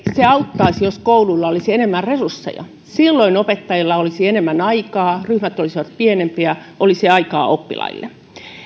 se auttaisi jos koululla olisi enemmän resursseja silloin opettajilla olisi enemmän aikaa ryhmät olisivat pienempiä olisi aikaa oppilaille